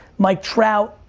mike trout,